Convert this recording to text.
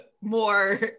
more